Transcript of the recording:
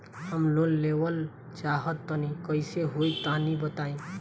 हम लोन लेवल चाह तनि कइसे होई तानि बताईं?